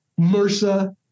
MRSA